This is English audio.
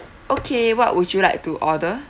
okay what would you like to order